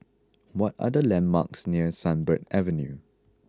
what are the landmarks near Sunbird Avenue